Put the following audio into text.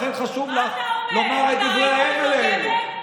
לכן חשוב לך לומר את דברי ההבל האלה.